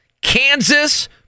Kansas